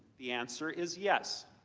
the answer is yes.